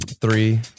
Three